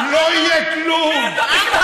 לא יהיה כלום.